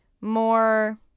more